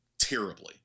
terribly